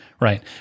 right